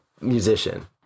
musician